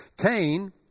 Cain